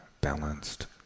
balanced